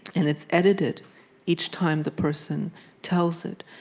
and it's edited each time the person tells it.